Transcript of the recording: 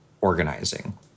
organizing